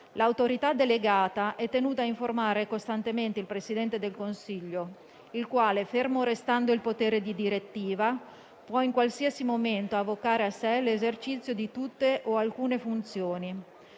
L'Autorità delegata è tenuta a informare costantemente il Presidente del Consiglio, il quale, fermo restando il potere di direttiva, può in qualsiasi momento avocare a sé l'esercizio di tutte o di alcune funzioni.